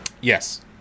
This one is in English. Yes